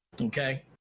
Okay